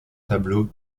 tableaux